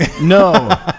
No